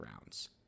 rounds